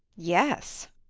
yes,